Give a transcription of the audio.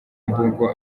mbungo